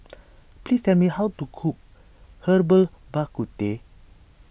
please tell me how to cook Herbal Bak Ku Teh